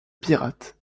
pirates